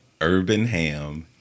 urbanham